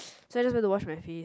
so I just want to wash my face